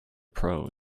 prose